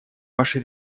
ваше